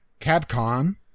Capcom